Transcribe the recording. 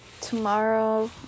Tomorrow